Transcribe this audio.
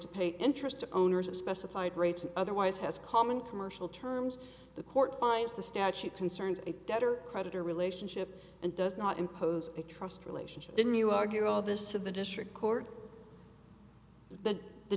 to pay interest to owners of specified rates and otherwise has common commercial terms the court finds the statute concerns a debtor creditor relationship and does not impose a trust relationship didn't you argue of this of the district court th